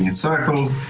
and circle